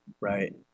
right